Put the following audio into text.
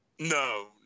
No